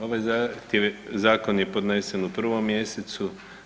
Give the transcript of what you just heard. Ovaj zakon je podnesen u 1. mjesecu.